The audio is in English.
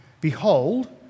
Behold